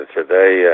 today